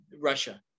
Russia